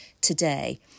today